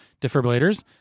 defibrillators